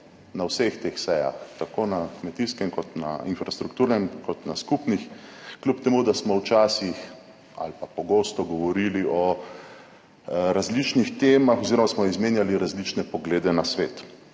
na vseh teh sejah, tako na kmetijskem kot na infrastrukturnem, kot na skupnih, kljub temu, da smo včasih ali pa pogosto govorili o različnih temah oziroma smo izmenjali različne poglede na svet,